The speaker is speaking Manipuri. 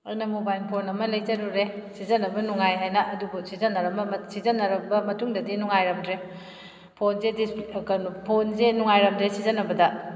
ꯑꯩꯅ ꯃꯣꯕꯥꯏꯟ ꯐꯣꯟ ꯑꯃ ꯂꯩꯖꯔꯨꯔꯦ ꯁꯤꯖꯤꯟꯅꯕ ꯅꯨꯡꯉꯥꯏ ꯍꯥꯏꯅ ꯑꯗꯨꯕꯨ ꯁꯤꯖꯤꯟꯅꯔꯕ ꯃꯇꯨꯡꯗꯗꯤ ꯅꯧꯡꯉꯥꯏꯔꯝꯗ꯭ꯔꯦ ꯐꯣꯟꯁꯦ ꯀꯩꯅꯣ ꯐꯣꯟꯁꯦ ꯅꯨꯡꯉꯥꯏꯔꯝꯗ꯭ꯔꯦ ꯁꯤꯖꯤꯟꯅꯕꯗ